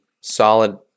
solid